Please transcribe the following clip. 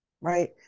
right